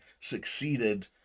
succeeded